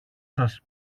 σας